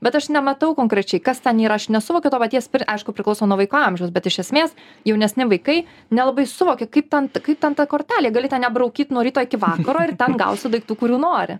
bet aš nematau konkrečiai kas ten ir aš nesuvokiau to paties aišku priklauso nuo vaiko amžiaus bet iš esmės jaunesni vaikai nelabai suvokia kaip ten kaip ten ta kortelė gali ten gali ten ja braukyt nuo ryto iki vakaro ir ten gausi daiktų kurių nori